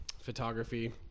photography